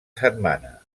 setmana